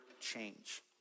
change